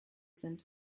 sind